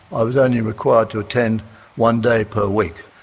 i was only required to attend one day per week.